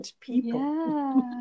people